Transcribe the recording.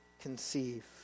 conceive